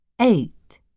eight